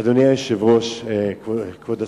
אדוני היושב-ראש, כבוד השרים,